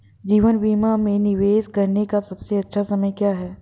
जीवन बीमा में निवेश करने का सबसे अच्छा समय क्या है?